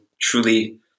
truly